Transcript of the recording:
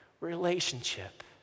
relationship